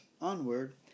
onward